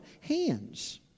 hands